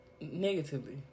Negatively